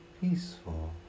peaceful